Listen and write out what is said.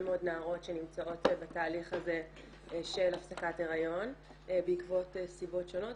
מאוד נערות שנמצאות בתהליך הזה של הפסקת הריון בעקבות סיבות שונות,